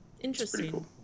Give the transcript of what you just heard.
Interesting